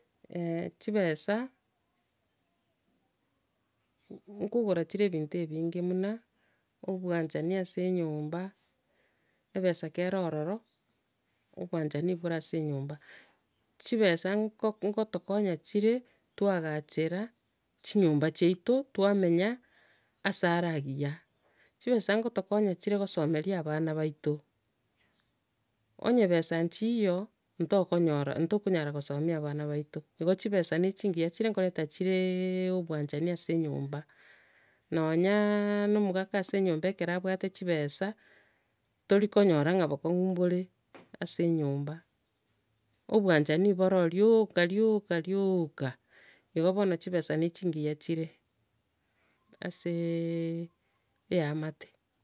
chibesa, nkogora chire ebinto ebinge buna, obwanchani ase enyomba, ebesa ekero ororo, obwanchani e bore ase enyomba, chibesa nko- nkotokonya chire twaagachera chinyomba chiato twamenya ase are agiya. Chibesa nkotokonya chire kosomeria abana baito. Onya ebesa nchiyo, ntokonyora ntokonyara gosomia abana baito. Igo chibesa ne chingiya chire nkoreta chire obwanchani ase enyomba. Nonya no omogaka ase enyomba ekero abwate chibesa, ntorikonyora ng'a bokong'u mbore ase enyomba. Obwanchani boro ororo rioka rioka rioka rioka, igo bono chibesa ne chingiya chire ase eamate.